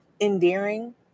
endearing